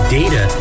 data